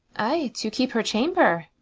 ay, to keep her chamber.